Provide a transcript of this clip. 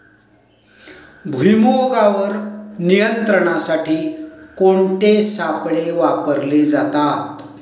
भुईमुगावर नियंत्रणासाठी कोणते सापळे वापरले जातात?